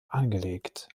angelegt